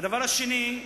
הדבר השני,